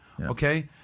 Okay